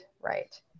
Right